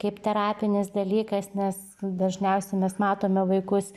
kaip terapinis dalykas nes dažniausiai mes matome vaikus